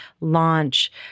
launch